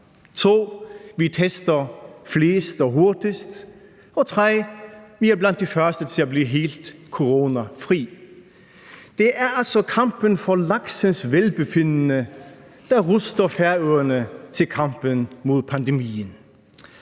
2) vi tester flest og hurtigst, og 3) vi er blandt de første til at blive helt coronafri. Det er altså kampen for laksens velbefindende, der ruster Færøerne til kampen mod pandemien.